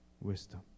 wisdom